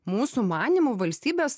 mūsų manymu valstybės